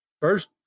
first